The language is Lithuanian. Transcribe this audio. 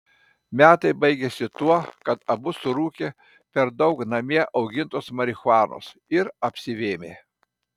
metai baigėsi tuo kad abu surūkė per daug namie augintos marihuanos ir apsivėmė